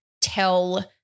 tell